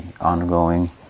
ongoing